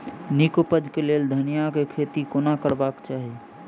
नीक उपज केँ लेल धनिया केँ खेती कोना करबाक चाहि?